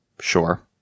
sure